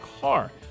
car